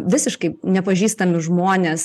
visiškai nepažįstami žmonės